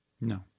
No